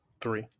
three